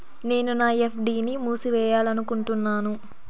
నేను నా ఎఫ్.డి ని మూసేయాలనుకుంటున్నాను